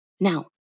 Now